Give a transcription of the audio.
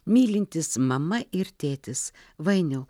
mylintys mama ir tėtis vainiau